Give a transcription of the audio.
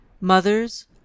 mothers